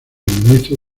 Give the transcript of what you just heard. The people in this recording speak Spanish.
ministro